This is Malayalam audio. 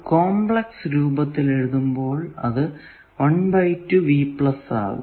കോംപ്ലക്സ് രൂപത്തിൽ എഴുതുമ്പോൾ അത് ആകുന്നു